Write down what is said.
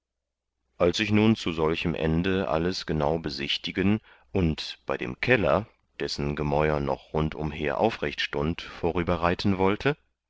als ich nun zu solchem ende alles genau besichtigen und bei dem keller dessen gemäur noch rundumher aufrechtstund vorüberreiten wollte